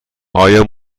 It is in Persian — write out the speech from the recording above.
آیا